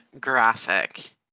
graphic